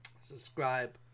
Subscribe